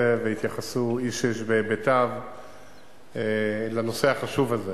והתייחסו איש-איש בהיבטיו לנושא החשוב הזה,